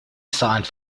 signed